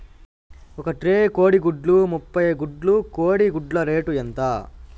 ఒక ట్రే కోడిగుడ్లు ముప్పై గుడ్లు కోడి గుడ్ల రేటు ఎంత?